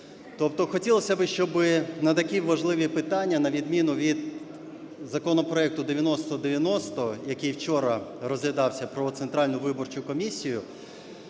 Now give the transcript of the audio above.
Тобто хотілось би, щоби на такі важливі питання, на відміну від законопроекту 9090, який вчора розглядався – про Центральну виборчу комісію,